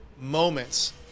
moments